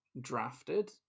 drafted